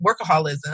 workaholism